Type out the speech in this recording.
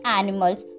animals